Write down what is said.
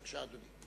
בבקשה, אדוני,